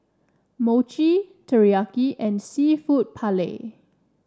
Mochi Teriyaki and seafood Paella